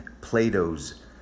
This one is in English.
Plato's